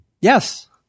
Yes